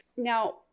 Now